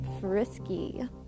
frisky